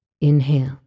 inhale